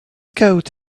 coat